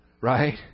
right